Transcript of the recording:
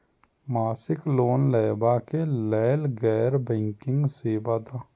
मासिक लोन लैवा कै लैल गैर बैंकिंग सेवा द?